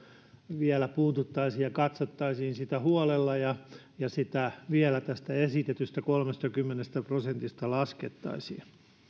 vielä puututtaisiin ja katsottaisiin sitä huolella ja ja sitä vielä tästä esitetystä kolmestakymmenestä prosentista laskettaisiin